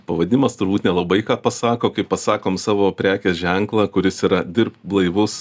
pavadimas turbūt nelabai ką pasako kai pasakom savo prekės ženklą kuris yra dirbk blaivus